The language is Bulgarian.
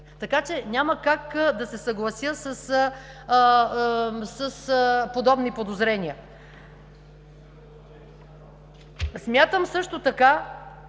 така че няма как да се съглася с подобни подозрения. Смятам също така,